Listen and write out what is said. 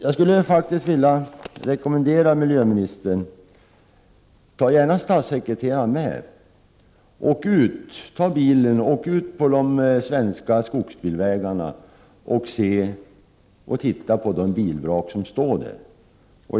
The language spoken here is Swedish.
Jag skulle vilja rekommendera miljöministern att ta bilen och åka ut på de svenska skogsbilvägarna och titta på de bilvrak som finns. Ta gärna statssekreteraren med!